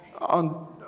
on